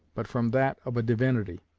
but from that of a divinity.